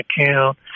account